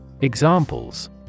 Examples